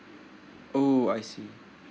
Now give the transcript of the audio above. oh I see